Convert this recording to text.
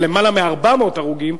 למעלה מ-400 הרוגים.